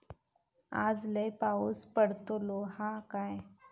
आज लय पाऊस पडतलो हा काय?